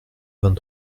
vingt